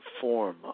form